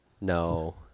No